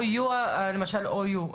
למשל OU,